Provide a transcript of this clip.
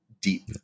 deep